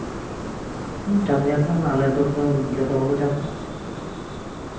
ᱪᱟᱥ ᱜᱮᱭᱟ ᱠᱚ ᱟᱞᱮ ᱟᱹᱛᱩ ᱨᱮᱫᱚ ᱡᱚᱛᱚ ᱦᱚᱲᱠᱚ ᱪᱟᱥᱟ